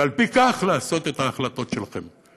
ועל-פי כך לעשות את ההחלטות שלכם.